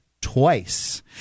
twice